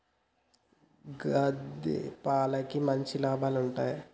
గేదే పాలకి మంచి లాభాలు ఉంటయా?